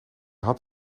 had